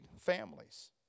families